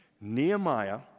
Nehemiah